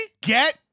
Get